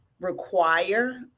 require